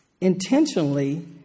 intentionally